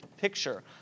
picture